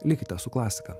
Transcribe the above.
likite su klasika